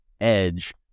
edge